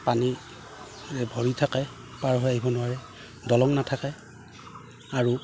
পানী ভৰি থাকে পাৰ হৈ আহিব নোৱাৰে দলং নাথাকে আৰু